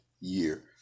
year